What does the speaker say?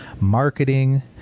marketing